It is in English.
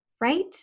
Right